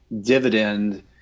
dividend